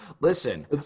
listen